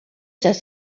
das